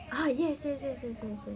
ah yes yes yes yes yes